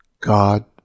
God